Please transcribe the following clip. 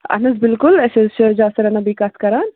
اَہن حظ بِلکُل أسۍ حظ چھِ جاسِرہ نبی کَتھ کران